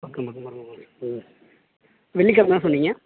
பக்கம் பக்கமாக வெள்ளிக்கெழமை தானே சொன்னீங்க